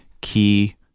key